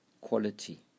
quality